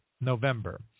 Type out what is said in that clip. november